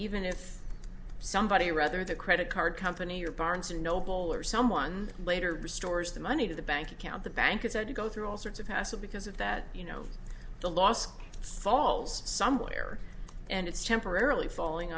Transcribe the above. even if somebody rather the credit card company or barnes and noble or someone later restores the money to the bank account the bank has had to go through all sorts of hassle because of that you know the loss falls somewhere and it's temporarily falling